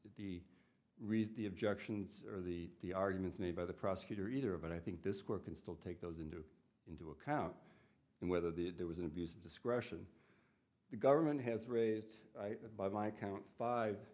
the reason the objections or the the arguments made by the prosecutor either but i think this square can still take those into into account and whether the there was an abuse of discretion the government has raised by my count five